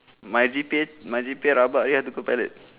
my G_P_A my G_P_A rabak then how to go pilot